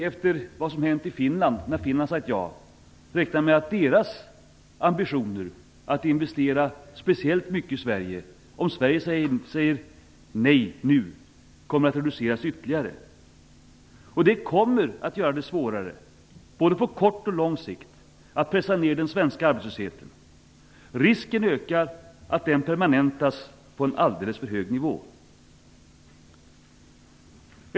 Efter det att Finland sagt ja kan vi räkna med att skogsindustrins ambitioner att investera i Sverige kommer att reduceras ytterligare om Sverige säger nej nu. Det kommer att göra det svårare att pressa ner den svenska arbetslösheten både på kort och lång sikt. Risken för att den skall permanentas på en alldeles för hög nivå ökar.